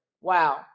wow